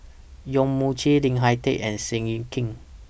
Yong Mun Chee Lim Hak Tai and Seow Yit Kin